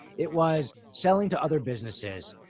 it was selling to other businesses.